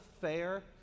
fair